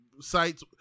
sites